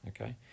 Okay